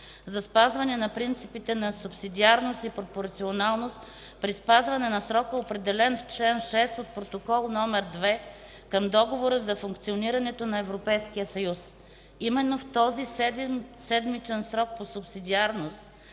за спазване на принципите на субсидиарност и пропорционалност при спазване на срока, определен в чл. 6 от Протокол № 2 към Договора за функционирането на Европейския съюз.” Именно в този седмичен срок по субсидиарност